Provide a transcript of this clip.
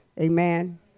Amen